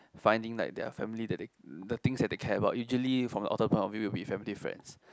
find like their family that they the things that they care about usually from the author point of view will be family friends